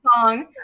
song